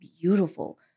beautiful